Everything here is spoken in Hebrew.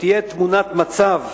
שתהיה תמונת מצב.